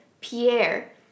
Pierre